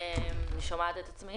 מסתננים